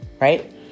right